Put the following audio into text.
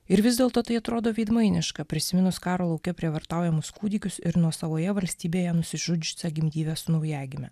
ir vis dėlto tai atrodo veidmainiška prisiminus karo lauke prievartaujamus kūdikius ir nuosavoje valstybėje nusižudžiusią gimdyvę su naujagime